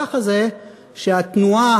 והמהלך הזה, שהתנועה